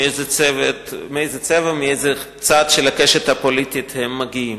מאיזה צבע ומאיזה צד של הקשת הפוליטית הם מגיעים.